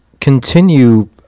continue